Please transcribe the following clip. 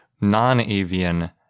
non-avian